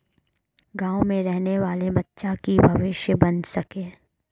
गाँव में रहे वाले बच्चा की भविष्य बन सके?